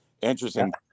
interesting